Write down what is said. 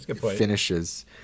finishes